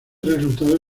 resultado